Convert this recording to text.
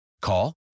Call